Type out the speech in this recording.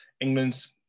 England's